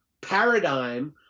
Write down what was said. paradigm